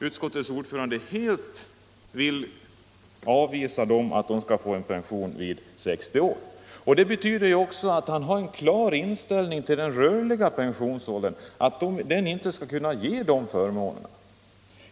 Utskottets ordförande tycks helt vilja avvisa tanken på att de skall få pension vid 60 års ålder. Det betyder att han har en klar inställning till den rörliga pensionsåldern — en sådan skall inte kunna medföra denna förmån.